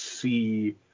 see